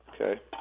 Okay